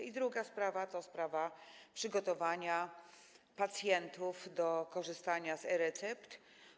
I druga sprawa to sprawa przygotowania pacjentów do korzystania z e-recept.